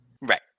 Right